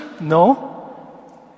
No